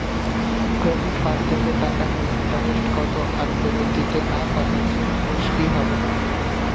Credit card থেকে টাকা নিলে ইন্টারেস্ট কত আর ফেরত দিতে না পারলে সেই ইন্টারেস্ট কি হবে?